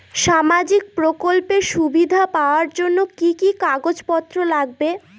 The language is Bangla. সামাজিক প্রকল্পের সুবিধা পাওয়ার জন্য কি কি কাগজ পত্র লাগবে?